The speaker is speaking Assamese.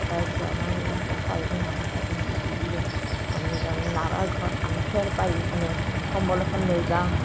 তাৰ পিছত আমাৰ এনেকৈ চাৰিদিন আমাৰ তাতে মানে শিবিৰত আমি তাৰমানে নৰাঘৰ আমি খেৰ পাৰি মানে কম্বল এখন লৈ যাওঁ